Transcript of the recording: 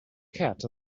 cat